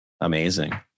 amazing